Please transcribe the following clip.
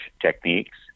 techniques